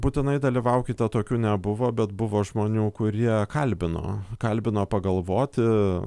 būtinai dalyvaukite tokių nebuvo bet buvo žmonių kurie kalbino kalbino pagalvoti